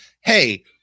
Hey